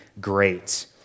great